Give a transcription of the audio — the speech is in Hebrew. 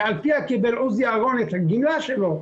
שעל פיה קיבל עוזי אהרון את הגמלה שלו,